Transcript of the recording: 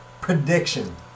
prediction